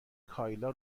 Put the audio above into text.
کایلا